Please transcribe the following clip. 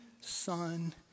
son